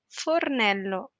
fornello